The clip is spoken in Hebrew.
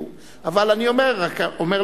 אבל אני רק אומר,